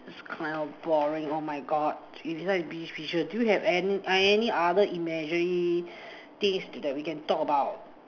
it's kind of boring oh my God eh besides this picture do you have any other imaginary things that we can talk about